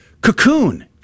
cocoon